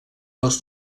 les